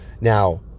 Now